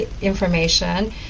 information